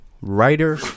writer